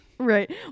Right